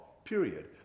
Period